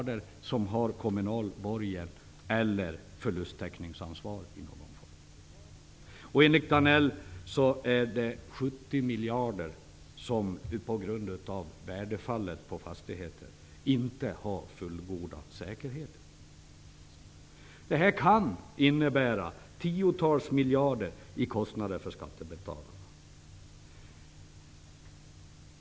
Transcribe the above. Det finns kommunal borgen eller förlusttäckningsansvar i någon form för ett hundra miljarder av dessa pengar. Enligt Danell har man inga fullgoda säkerheter för 70 miljarder på grund av värdefallet på fastigheter. Detta kan innebära tiotals miljarder i kostnader för skattebetalarna.